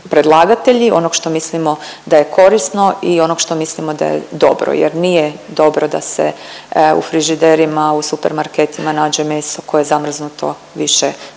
predlagatelji onoga što mislimo da je korisno i onog što mislimo da je dobro jer nije dobro da se u frižiderima u supermarketima nađe meso koje je zamrznuto više